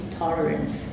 tolerance